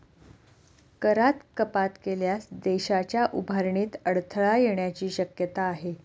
करात कपात केल्यास देशाच्या उभारणीत अडथळा येण्याची शक्यता आहे